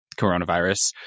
coronavirus